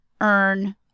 earn